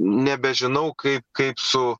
nebežinau kaip kaip su